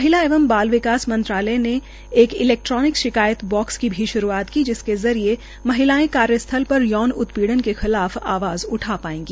महिला एवं बाल विकास मंत्रालय ने एक इलैक्ट्रोनिक शिकायत बाक्स की भी श्रूआत की जिसके जरिये महिलांए कार्यस्थल पर यौन उत्पीड़न के खिलाफ आवाज़ उठा पायेंगी